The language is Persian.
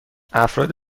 افراد